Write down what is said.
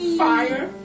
fire